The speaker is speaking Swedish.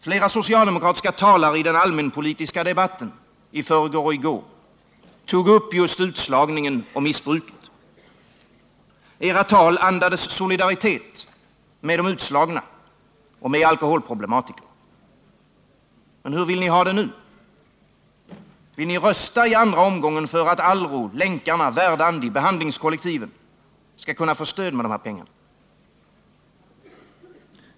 Flera socialdemokratiska talare i den allmänpolitiska debatten i förrgår och i går tog upp utslagningen och missbruket. Era tal andades solidaritet med de utslagna och med alkoholproblematikerna. Men hur vill ni ha det nu? Vill ni rösta i andra omgången för att Alro, Länkarna, Verdandi, behandlingskollektiven skall kunna få stöd med de här pengarna?